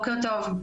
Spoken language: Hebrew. בוקר טוב.